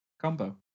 combo